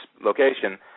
location